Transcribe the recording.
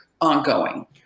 ongoing